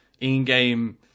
in-game